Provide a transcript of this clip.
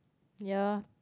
ya